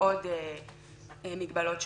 ועוד מגבלות שונות.